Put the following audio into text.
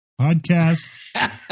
podcast